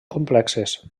complexes